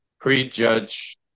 prejudge